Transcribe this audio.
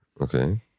Okay